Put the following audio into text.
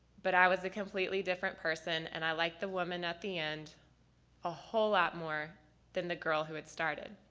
but i was a completely different person. and i liked the woman at the end a whole lot more than the girl who had started.